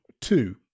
two